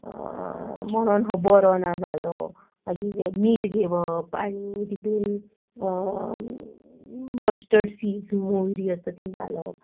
म्हणून हो बरो ना जालो मागीर मीठ घेवप आनी तितून मस्टर्ड सिड्स मोहरी आसता ती घालप